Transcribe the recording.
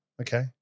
okay